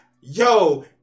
Yo